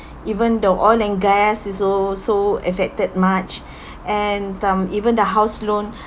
even the oil and gas is also affected much and and um even the house loan